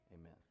Amen